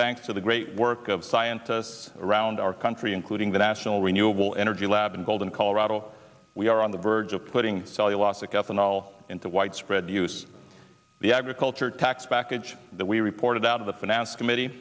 thanks to the great work of scientists around our country including the national renewable energy lab in golden colorado we are on the verge of putting cellulosic ethanol into widespread use the agriculture tax package that we reported out of the finance committee